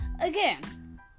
again